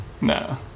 No